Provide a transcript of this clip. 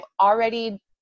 already